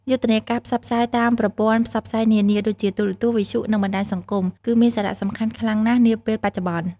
យុទ្ធនាការផ្សព្វផ្សាយតាមប្រព័ន្ធផ្សព្វផ្សាយនានាដូចជា ទូរទស្សន៍ វិទ្យុ និងបណ្តាញសង្គម គឺមានសារៈសំខាន់ខ្លាំងណាស់នាពេលបច្ចុប្បន្ន។